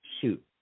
Shoot